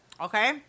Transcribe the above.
Okay